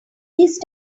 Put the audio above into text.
these